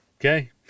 Okay